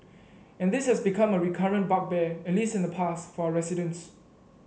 and this has become a recurrent bugbear at least in the past for resident